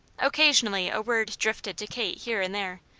occasionally a word drifted to kate here and there,